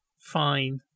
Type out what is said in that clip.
fine